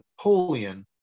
napoleon